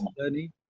journey